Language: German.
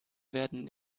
werden